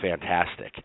fantastic